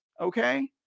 okay